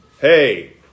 hey